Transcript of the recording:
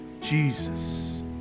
Jesus